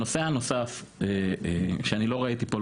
הנושא הנוסף שאני לא ראיתי פה,